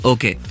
Okay